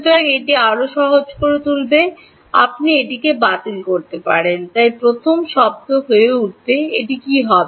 সুতরাং এটি আরও সহজ করে তুলবে আপনি এটিকে বাতিল করতে পারেন তাই প্রথম শব্দটি হয়ে উঠবে এটি কী হবে